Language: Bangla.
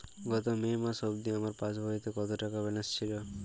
গত মে মাস অবধি আমার পাসবইতে কত টাকা ব্যালেন্স ছিল?